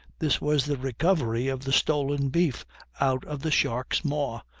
this was the recovery of the stolen beef out of the shark's maw,